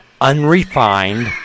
unrefined